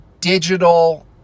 digital